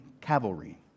cavalry